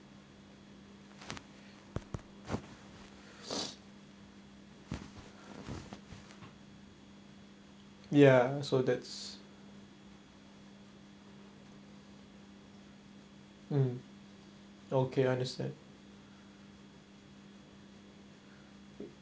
ya so that's mm okay I understand